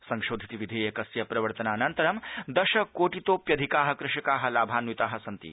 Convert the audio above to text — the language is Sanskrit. संशोधित विधेयकस्य प्रवर्तनानन्तरं दश कोटितोप्यधिका कृषका लाभान्विता सन्ति